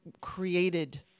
created